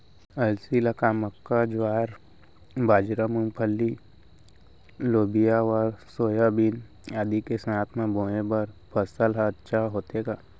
अलसी ल का मक्का, ज्वार, बाजरा, मूंगफली, लोबिया व सोयाबीन आदि के साथ म बोये बर सफल ह अच्छा होथे का?